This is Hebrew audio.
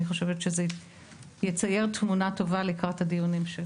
אני חושבת שזה יצייר תמונה טובה לקראת דיון ההמשך.